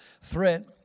threat